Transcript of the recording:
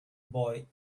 boy